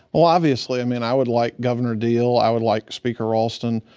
ah obviously, i mean i would like governor deal, i would like speaker ralston.